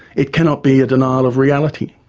it cannot be a denial of reality,